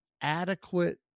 adequate